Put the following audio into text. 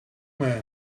man